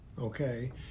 okay